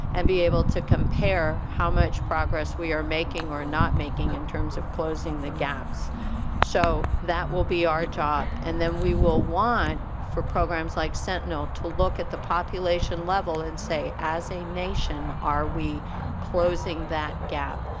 and be able to compare how much progress we are making or not making in terms of closing the gaps so that will be our job and then we will want for programs like sentinel to look at the population level and say as a nation are we closing that gap?